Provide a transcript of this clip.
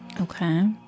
Okay